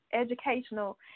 educational